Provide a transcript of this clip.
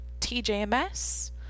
TJMS